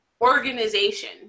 organization